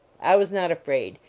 i was not afraid,